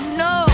no